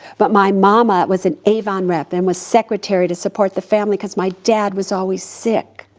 but my mama was an avon rep, then was secretary to support the family cause my dad was always sick.